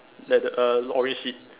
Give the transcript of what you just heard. like the err orange seat